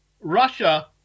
Russia